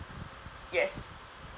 yes